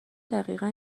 دقیقن